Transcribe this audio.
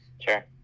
Sure